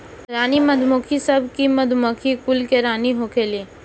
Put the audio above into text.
रानी मधुमक्खी सब मधुमक्खी कुल के रानी होखेली